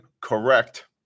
correct